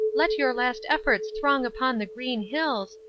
let your last efforts throng upon the green hills,